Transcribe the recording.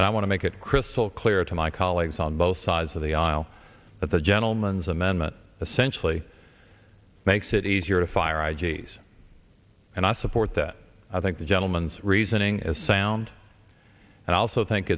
and i want to make it crystal clear to my colleagues on both sides of the aisle that the gentleman's amendment essentially makes it easier to fire i g s and i support that i think the gentleman's reasoning is sound and i also think